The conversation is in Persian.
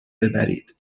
ببرید